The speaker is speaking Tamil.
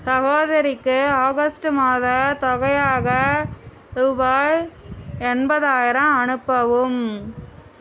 சகோதரிக்கு ஆகஸ்ட் மாத தொகையாக ரூபாய் எண்பதாயிரம் அனுப்பவும்